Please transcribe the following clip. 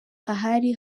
ahari